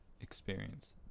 experience